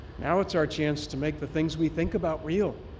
now it's our chance to make the things we think about real.